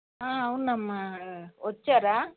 అవునమ్మ వచ్చారా